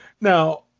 Now